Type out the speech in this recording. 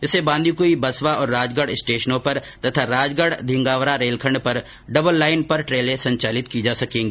इससे बांदीकुई बसवा और राजगढ स्टेशनों पर तथा राजगढ धीगावरा रेलखण्ड पर डबल लाईन पर ट्रेने संचालित की जा सकेगी